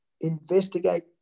investigate